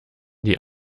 die